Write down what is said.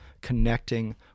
connecting